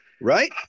right